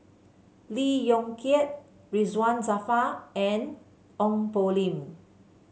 Lee Yong Kiat Ridzwan Dzafir and Ong Poh Lim